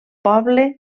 poble